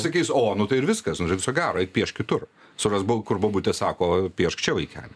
sakys o nu tai ir viskas nu tai viso gero eik piešk kitur surask kur bobutė sako piešk čia vaikeli